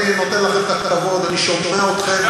אני נותן לכם את הכבוד, אני שומע אתכם.